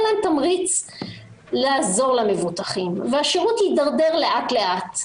להן תמריץ לעזור למבוטחים והשירות יתדרדר לאט לאט.